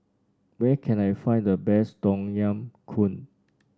where can I find the best Tom Yam Goong